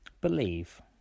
believe